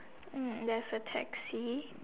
there's a taxi